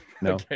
No